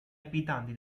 abitanti